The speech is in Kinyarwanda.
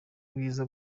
bwiza